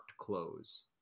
close